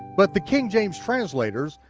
but the king james translators,